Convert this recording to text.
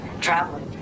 traveling